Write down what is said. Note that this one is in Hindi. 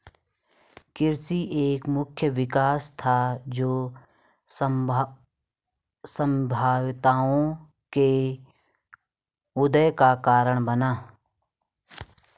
कृषि एक मुख्य विकास था, जो सभ्यताओं के उदय का कारण बना